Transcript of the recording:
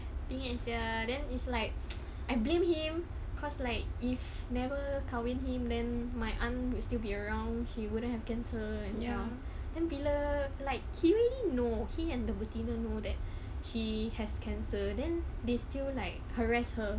then it's like I blame him cause like if never kahwin him then my aunt will still be around she wouldn't have cancer and stuff then bila like he already know he and the betina know that she has cancer then they still like harassed her